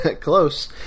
close